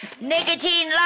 nicotine